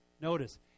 notice